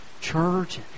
church